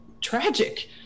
tragic